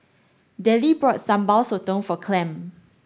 Dellie bought Sambal Sotong for Clem